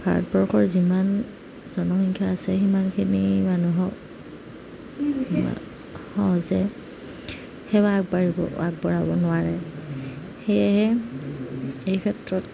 ভাৰতবৰ্ষৰ যিমান জনসংখ্যা আছে সিমানখিনি মানুহক সহজে সেৱা আগবাঢ়িব আগবঢ়াব নোৱাৰে সেয়েহে এই ক্ষেত্ৰত